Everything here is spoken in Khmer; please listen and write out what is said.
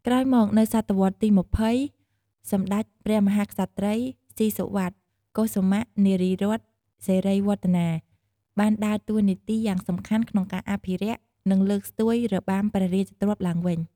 ក្រោយមក នៅសតវត្សទី២០ សម្តេចព្រះមហាក្សត្រី ស៊ីសុវត្ថិ កុសុមៈ នារីរ័ត្នសេរីវឌ្ឍនា បានដើរតួនាទីយ៉ាងសំខាន់ក្នុងការអភិរក្ស និងលើកស្ទួយរបាំព្រះរាជទ្រព្យឡើងវិញ។